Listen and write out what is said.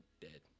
dead